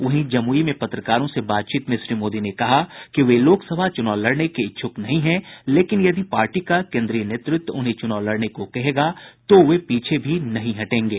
वहीं जमुई में पत्रकारों से बातचीत में श्री मोदी ने कहा कि वे लोकसभा चुनाव लड़ने के इच्छुक नहीं हैं लेकिन यदि पार्टी का केन्द्रीय नेतृत्व उन्हें चुनाव लड़ने को कहेगा तो वे पीछे भी नहीं हटेंगे